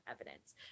evidence